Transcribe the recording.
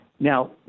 Now